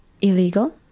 illegal